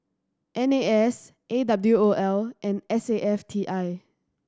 N A S A W O L and S A F T I